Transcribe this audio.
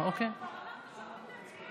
בבקשה, גברתי.